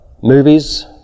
movies